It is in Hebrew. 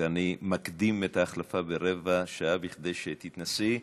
ואני מקדים את ההחלפה ברבע שעה כדי שתתנסי.